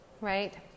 Right